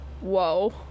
Whoa